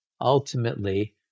ultimately